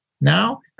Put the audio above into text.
now